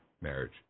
marriage